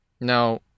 Now